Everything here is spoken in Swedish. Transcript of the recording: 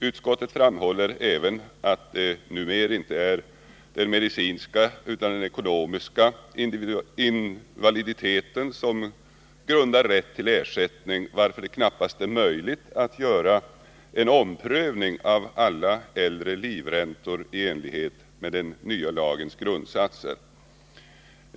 Utskottet framhåller även att det numera inte är den medicinska utan den ekonomiska invaliditeten som grundar rätt till ersättning, varför det knappast är möjligt att göra en omprövning av alla äldre livräntor i enlighet med den nya lagens grundsatser.